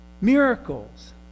miracles